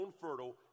fertile